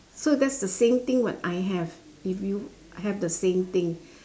so that's the same thing what I have if you have the same thing